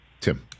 Tim